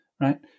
right